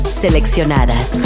seleccionadas